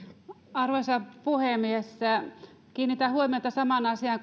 arvoisa puhemies kiinnitän huomiota samaan asiaan